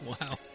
Wow